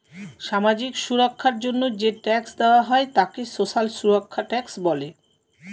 সামাজিক সুরক্ষার জন্য যে ট্যাক্স দেওয়া হয় তাকে সোশ্যাল সুরক্ষা ট্যাক্স বলে